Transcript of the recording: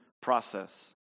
process